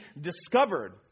discovered